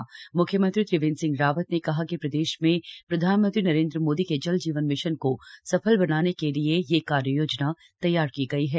म्ख्यमंत्री त्रिवेन्द्र सिंह रावत ने घोषणा करते हुए कहा कि प्रदेश में प्रधानमंत्री नरेन्द्र मोदी के जल जीवन मिशन को सफल बनाने के लिये यह कार्य योजना तैयार की गई है